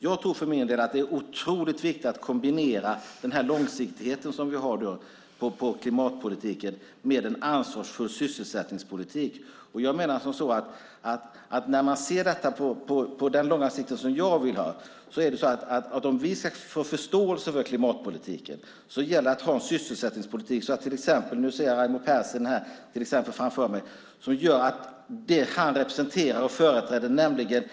Jag tror för min del att det är otroligt viktigt att kombinera långsiktigheten som vi har inom klimatpolitiken med en ansvarsfull sysselsättningspolitik. På lång sikt är det så att om vi ska få förståelse för klimatpolitiken gäller det att ha en sysselsättningspolitik som gör att vi kan behålla konkurrenskraften till exempel för det som Raimo Pärssinen representerar och företräder - jag ser honom här framför mig!